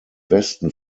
westen